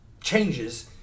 changes